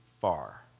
far